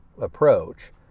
approach